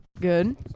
Good